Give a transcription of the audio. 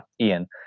Ian